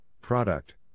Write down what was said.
product